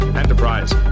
enterprise